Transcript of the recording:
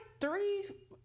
three